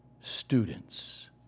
students